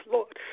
Lord